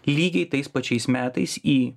lygiai tais pačiais metais į